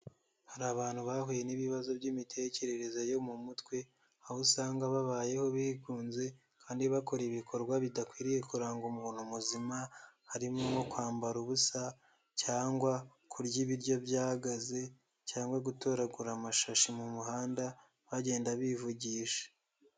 Hari abantu bahuye n'ibibazo by'imitekerereze yo mu mutwe, aho usanga babayeho bigunze, kandi bakora ibikorwa bidakwiriye kuranga umuntu muzima, harimo nko kwambara ubusa, cyangwa kurya ibiryo byagaze, cyangwa gutoragura amashashi mu muhanda bagenda bivugisha.